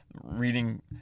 reading